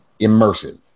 immersive